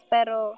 Pero